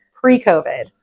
pre-covid